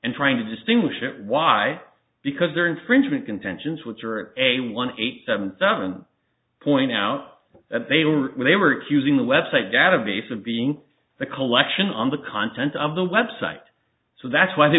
and trying to distinguish it why because there infringement contentions which are a one eight seven seven point out that they were they were accusing the website database of being the collection on the content of the website so that's why they